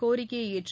கோரிக்கையஏற்று